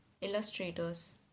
Illustrators